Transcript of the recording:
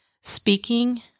speaking